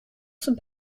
zum